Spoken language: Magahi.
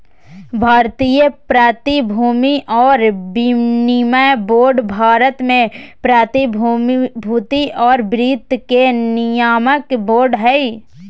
भारतीय प्रतिभूति और विनिमय बोर्ड भारत में प्रतिभूति और वित्त के नियामक बोर्ड हइ